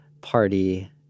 party